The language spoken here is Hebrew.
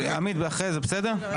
ואם הם יביאו --- למה